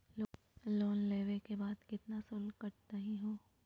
Loan लेवे के बाद केतना शुल्क कटतही हो?